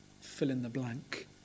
fill-in-the-blank